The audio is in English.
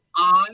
on